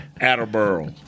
Attleboro